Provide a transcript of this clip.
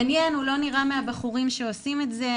מעניין הוא לא נראה מהבחורים שעושים את זה,